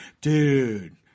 Dude